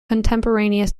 contemporaneous